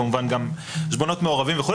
כמובן גם חשבונות מעורבים וכו'.